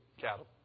Cattle